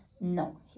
No